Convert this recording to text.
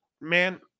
man